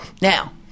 Now